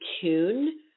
tune